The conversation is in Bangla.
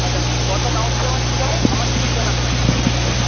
আচ্ছা কত ডাউন পেমেন্ট দিতে হবে আমার কিছু কেনা নেই আগে